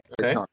Okay